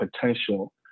potential